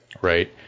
right